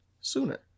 sooner